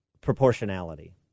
proportionality